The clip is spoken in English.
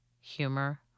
Humor